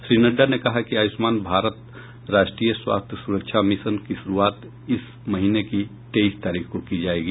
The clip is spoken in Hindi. श्री नड्डा ने कहा कि आयुष्मान भारत राष्ट्रीय स्वास्थ्य सुरक्षा मिशन की शुरूआत इस महीने की तेईस तारीख को की जायेगी